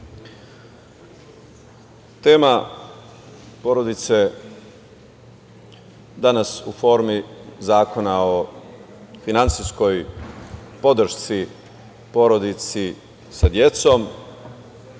tema porodice danas u formi zakona o finansijskoj podršci porodici sa decom je